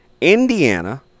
Indiana